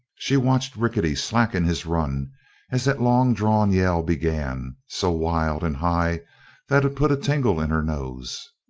she watched rickety slacken his run as that longdrawn yell began, so wild and high that it put a tingle in her nose.